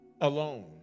Alone